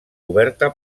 coberta